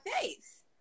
face